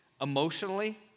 emotionally